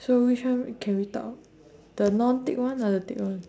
so which one can we talk the non tick ones or the tick one